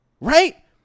Right